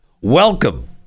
welcome